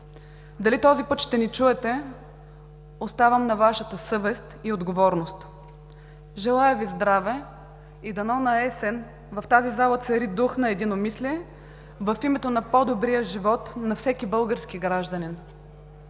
Дали този път ще ни чуете, оставам на Вашата съвест и отговорност. Желая Ви здраве и дано наесен в тази зала цари дух на единомислие в името на по-добрия живот на всеки български гражданин.